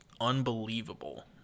unbelievable